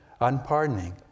unpardoning